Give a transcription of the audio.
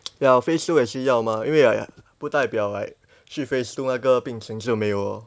ya phase two 也是要嘛因为 like 不代表 like 就 phase two 那个病情就没有咯